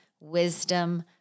wisdom